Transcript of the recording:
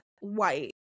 white